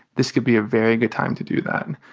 this could be a very good time to do that.